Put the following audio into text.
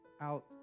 out